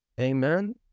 Amen